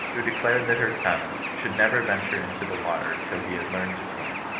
who declared that her son should never venture into the water till he had learned to swim.